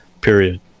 period